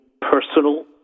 personal